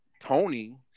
Tony